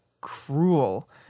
cruel